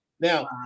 Now